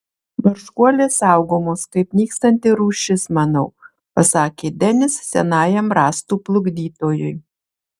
barškuolės saugomos kaip nykstanti rūšis manau pasakė denis senajam rąstų plukdytojui